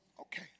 Okay